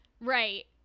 Right